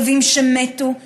כלבים שמתו,